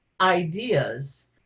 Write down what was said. ideas